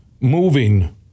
moving